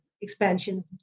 expansion